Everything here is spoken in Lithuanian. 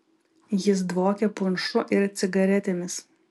jis dvokė punšu ir cigaretėmis